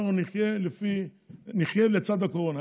אנחנו נחיה לצד הקורונה.